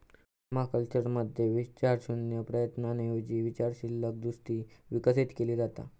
पर्माकल्चरमध्ये विचारशून्य प्रयत्नांऐवजी विचारशील दृष्टी विकसित केली जाता